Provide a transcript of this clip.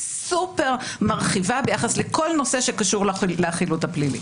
סופר מרחיבה ביחס לכל נושא שקשור לחילוט הפלילי.